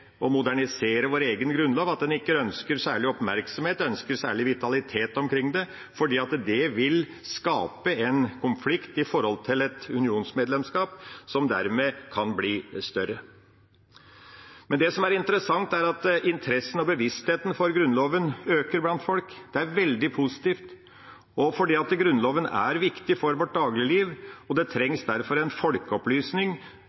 å modernisere vår egen Grunnlov – at en ikke ønsker særlig oppmerksomhet, særlig vitalitet omkring det – fordi det vil skape en konflikt med hensyn til et unionsmedlemskap, som dermed kan bli større. Men det som er interessant, er at interessen for og bevisstheten rundt Grunnloven øker blant folk. Det er veldig positivt, også fordi Grunnloven er viktig for vårt dagligliv, og det